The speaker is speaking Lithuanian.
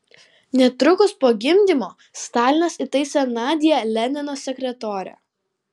netrukus po gimdymo stalinas įtaisė nadią lenino sekretore